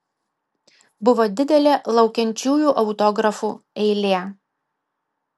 buvo didelė laukiančiųjų autografų eilė